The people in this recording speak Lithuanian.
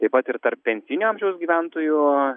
taip pat ir tarp pensinio amžiaus gyventojų